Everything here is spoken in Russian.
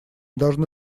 должны